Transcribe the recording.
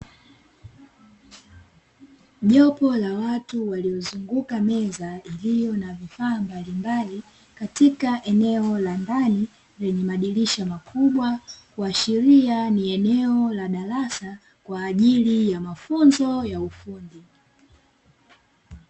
Jopo la watu waliozunguka meza iliyo na vifaa mbalimbali, katika eneo la ndani lenye madirisha makubwa, kuashiria ni eneo la darasa kwa ajili ya mafunzo ya ufundi.